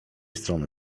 strony